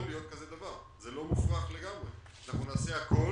אנחנו נעשה הכול,